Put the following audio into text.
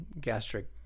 gastric